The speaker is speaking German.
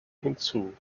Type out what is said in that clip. hinzu